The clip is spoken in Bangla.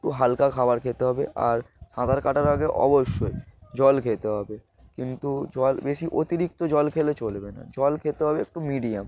একটু হালকা খাবার খেতে হবে আর সাঁতার কাটার আগে অবশ্যই জল খেতে হবে কিন্তু জল বেশি অতিরিক্ত জল খেলে চলবে না জল খেতে হবে একটু মিডিয়াম